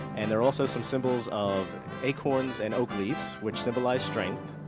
and there are also some symbols of acorns and oak leaves, which symbolize strength.